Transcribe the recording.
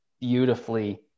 beautifully